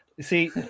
see